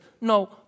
No